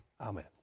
amen